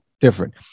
different